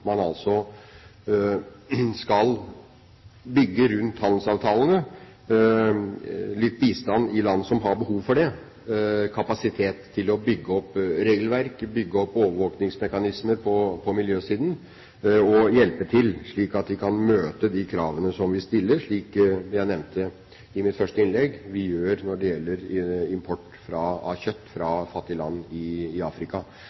man skal bygge rundt handelsavtalene: litt bistand i land som har behov for det, kapasitet til å bygge opp regelverk, bygge opp overvåkingsmekanismer på miljøsiden, og hjelpe til slik at de kan møte de kravene som vi stiller – slik vi gjør, som jeg nevnte i mitt første innlegg, når det gjelder import av kjøtt fra fattige land i Afrika.